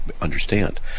understand